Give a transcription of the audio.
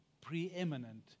preeminent